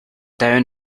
down